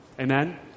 Amen